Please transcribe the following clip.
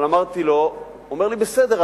הוא אומר לי: בסדר,